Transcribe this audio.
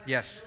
Yes